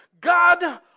God